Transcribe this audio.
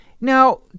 Now